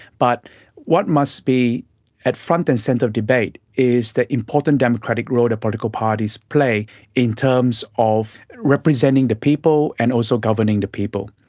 but what must be at front and centre of debate is the important democratic role of political parties play in terms of representing the people and also governing the people.